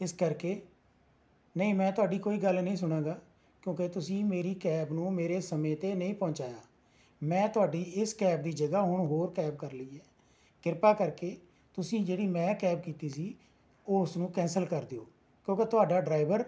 ਇਸ ਕਰਕੇ ਨਹੀਂ ਮੈਂ ਤੁਹਾਡੀ ਕੋਈ ਗੱਲ ਨਹੀਂ ਸੁਣਾਂਗਾ ਕਿਉਂਕਿ ਤੁਸੀਂ ਮੇਰੀ ਕੈਬ ਨੂੰ ਮੇਰੇ ਸਮੇਂ 'ਤੇ ਨਹੀਂ ਪਹੁੰਚਾਇਆ ਮੈਂ ਤੁਹਾਡੀ ਇਸ ਕੈਬ ਦੀ ਜਗ੍ਹਾ ਹੁਣ ਹੋਰ ਕੈਬ ਕਰ ਲਈ ਏ ਕਿਰਪਾ ਕਰਕੇ ਤੁਸੀਂ ਜਿਹੜੀ ਮੈਂ ਕੈਬ ਕੀਤੀ ਸੀ ਉਸ ਨੂੰ ਕੈਂਸਲ ਕਰ ਦਿਓ ਕਿਉਂਕਿ ਤੁਹਾਡਾ ਡਰਾਈਵਰ